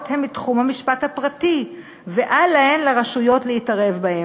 הם מתחום המשפט הפרטי ואל להן לרשויות להתערב בהם".